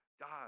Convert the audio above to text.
God